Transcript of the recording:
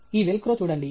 ఈ వెల్క్రో చూడండి